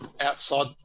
outside